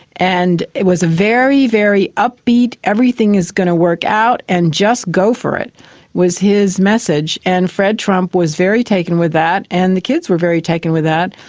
and it was very, very upbeat, everything is going to work out and just go for it was his message, and fred trump was very taken with that and the kids were very taken with that.